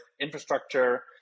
infrastructure